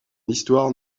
histoire